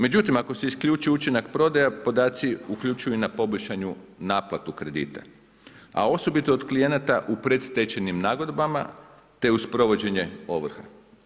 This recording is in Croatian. Međutim ako se isključi učinak prodaja podaci uključuju i na poboljšanu naplatu kredita a osobito od klijenata u predstečajnim nagodbama te uz provođenje ovrha.